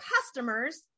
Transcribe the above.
customers